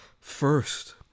first